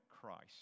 Christ